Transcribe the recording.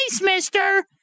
mister